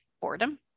boredom